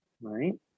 Right